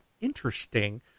interesting